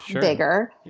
bigger